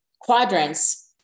quadrants